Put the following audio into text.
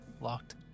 locked